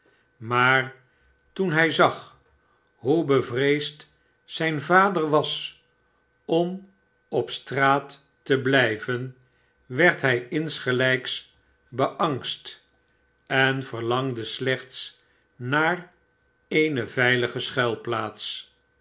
maar toen hij zag hoe bevreesd zijn vader was om op straat te blijven werd hij insgelijks beangst en verlangde slechts naar eene veilige